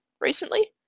recently